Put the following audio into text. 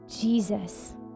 Jesus